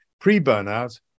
pre-burnout